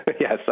Yes